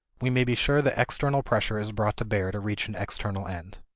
we may be sure that external pressure is brought to bear to reach an external end.